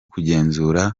kugenzura